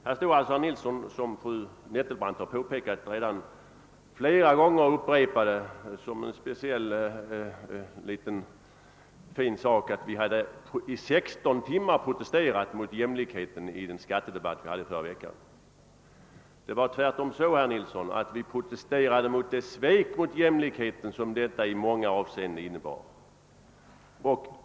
Som fru Nettelbrandt påpekade stod herr Nilsson i Kalmar här och upprepade flera gånger som en speciellt fin sak att vi på oppositionssidan i 16 timmar hade protesterat mot jämlikheten i den skattedebatt som fördes förra veckan. Men det var tvärtom så, herr Nilsson, att vi protesterade mot det svek gentemot jämlikheten som regeringsförslaget i många avseenden innebar.